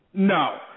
No